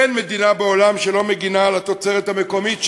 אין מדינה בעולם שלא מגינה על התוצרת המקומית שלה,